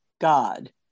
God